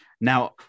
Now –